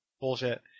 bullshit